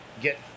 get